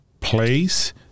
place